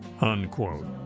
Unquote